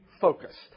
focused